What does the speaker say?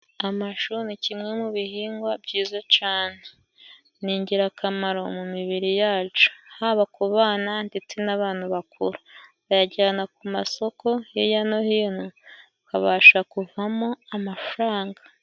Amashu ni kimwe mu bihingwa byiza cane. Ni ingirakamaro mu mibiri yacu, haba ku bana ndetse n'abantu bakuru. Bayajyana ku masoko hiya no hino bakabasha kuvamo amafaranga.